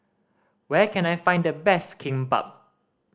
where can I find the best Kimbap